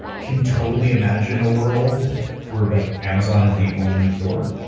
can totally imagine a world where like amazon is the only store.